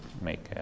make